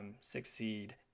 succeed